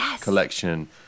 collection